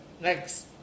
Next